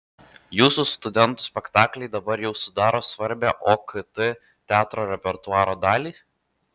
jūsų studentų spektakliai dabar jau sudaro svarbią okt teatro repertuaro dalį